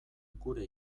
gure